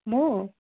म